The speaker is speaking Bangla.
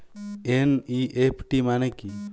এন.ই.এফ.টি মনে কি?